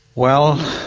well,